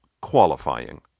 qualifying